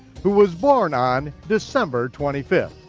who was born on december twenty fifth.